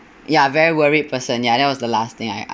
ya very worried person ya that was the last thing I I